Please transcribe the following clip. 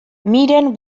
miren